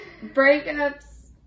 breakups